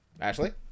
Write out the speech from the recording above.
Ashley